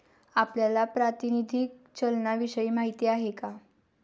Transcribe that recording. आपल्याला प्रातिनिधिक चलनाविषयी माहिती आहे का?